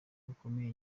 bukomeye